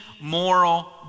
moral